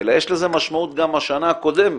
אלא יש לזה משמעות גם בשנה הקודמת.